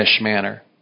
manner